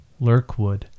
Lurkwood